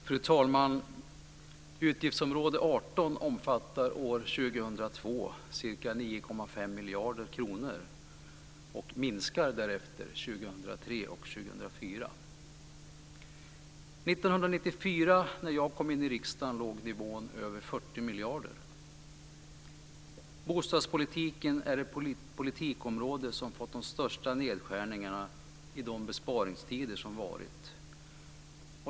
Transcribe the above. Fru talman! Utgiftsområde 18 omfattar år 2002 ca 9,5 miljarder kronor och minskar därefter år 2003 och 2004. År 1994, när jag kom in i riksdagen, låg nivån på över 40 miljarder kronor. Bostadspolitiken är det politikområde som fått de största nedskärningarna i de besparingstider som varit.